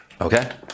Okay